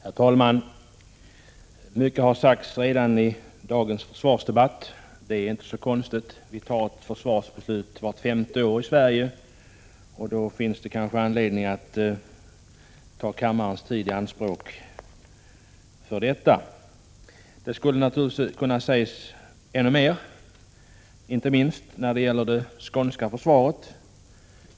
Herr talman! Mycket har redan sagts i dagens försvarsdebatt. Det är inte så konstigt eftersom vi fattar ett försvarsbeslut vart femte år i Sverige. Det finns 85 då kanske anledning att ta kammarens tid i anspråk för detta. Det skulle naturligtvis kunna sägas ännu mera, inte minst när det gäller försvaret av Skåne.